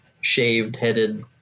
shaved-headed